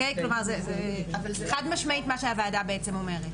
זה חד משמעית מה שהוועדה אומרת.